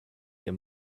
ihr